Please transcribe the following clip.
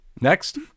Next